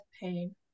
pain